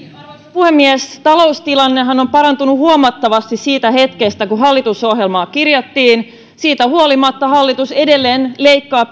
puhemies taloustilannehan on parantunut huomattavasti siitä hetkestä kun hallitusohjelmaa kirjattiin siitä huolimatta hallitus edelleen leikkaa